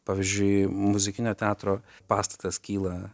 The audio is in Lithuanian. pavyzdžiui muzikinio teatro pastatas kyla